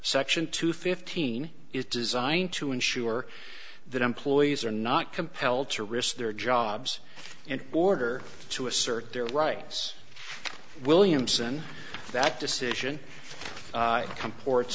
section two fifteen is designed to ensure that employees are not compelled to risk their jobs in order to assert their rights williamson that decision come ports